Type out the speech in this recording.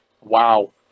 wow